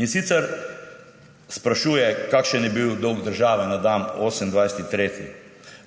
In sicer sprašuje, kakšen je bil dolg države na dan 28. 3.